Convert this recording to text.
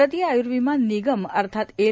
भारतीय आय्र्विमा निगम अर्थात एल